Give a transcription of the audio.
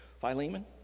Philemon